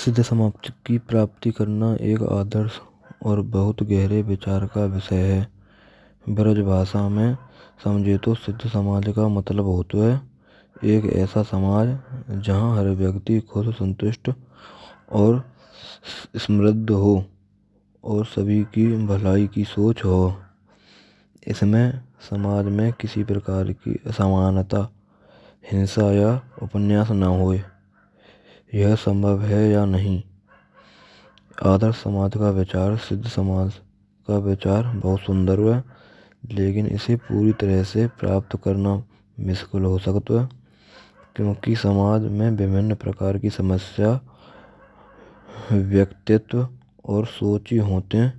Sidh samadhi Ki prapti karna ek aadarsh aur bahut gehre vichar ka vishay hai. Brajbhasha main samjh hetu sidh samadhi ka matlab hota hai ek aisa samaj jahan har vyakti ko santusht aur samradh ho aur sabhi ki bhalai ki soch ho. Isme samaj mein kisi prakar ki samanta hinsa ya upanyas na hoye. Yha sambhav hai ya nahin aadarsh samaj ka vichar sidh samaj ka vichar bahut sundar v lekin ise puri tarah se prapt karna nishfal ho sakto hai kyunki samaj main bhibhinn prakar ki samasya vyaktitva aur sochi hote hai